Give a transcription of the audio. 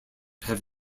have